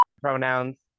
pronouns